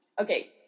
Okay